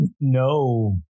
no